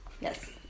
Yes